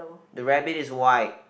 the rabbit is white